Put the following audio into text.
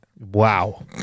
Wow